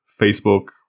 Facebook